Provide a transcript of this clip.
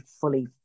fully